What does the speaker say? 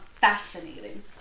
fascinating